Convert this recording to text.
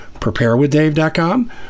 Preparewithdave.com